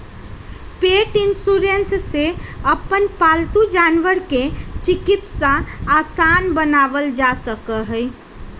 पेट insurance से अपन पालतू जानवर के चिकित्सा आसान बनावल जा सका हई